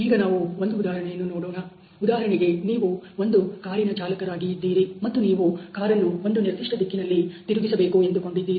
ಈಗ ನಾವು ಒಂದು ಉದಾಹರಣೆಯನ್ನು ನೋಡೋಣ ಉದಾಹರಣೆಗೆ ನೀವು ಒಂದು ಕಾರಿನ ಚಾಲಕರಾಗಿ ಇದ್ದೀರಿ ಮತ್ತು ನೀವು ಕಾರನ್ನು ಒಂದು ನಿರ್ದಿಷ್ಟ ದಿಕ್ಕಿನಲ್ಲಿ ತಿರುಗಿಸಬೇಕು ಎಂದುಕೊಂಡಿದ್ದೀರಿ